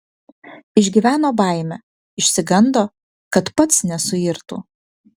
išgyveno baimę išsigando kad pats nesuirtų